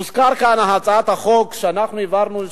הוזכרה כאן הצעת החוק שאנחנו העברנו,